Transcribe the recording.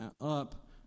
up